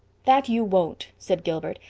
that you won't, said gilbert,